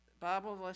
Bible